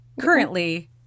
currently